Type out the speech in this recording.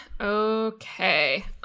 okay